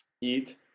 eat